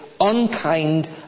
unkind